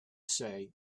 say